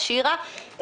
שירה,